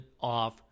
off